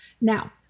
Now